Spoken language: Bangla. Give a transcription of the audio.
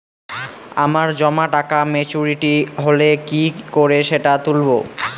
আমার জমা টাকা মেচুউরিটি হলে কি করে সেটা তুলব?